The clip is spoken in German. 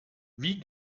wie